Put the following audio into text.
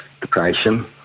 depression